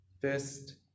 First